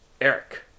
Eric